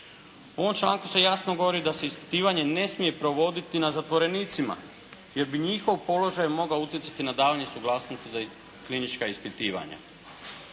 U ovom članku se jasno govori da se ispitivanje ne smije provoditi na zatvorenicima jer bi njihov položaj mogao utjecati na davanje suglasnosti za klinička ispitivanja.